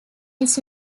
its